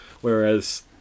whereas